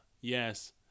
yes